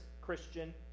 Christian